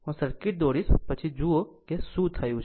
આમ આ સર્કિટ દોરીશું પછી જુઓ કે શું થયું છે